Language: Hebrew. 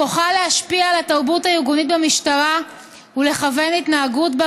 שבכוחה להשפיע על התרבות הארגונית במשטרה ולכוון את ההתנהגות בה,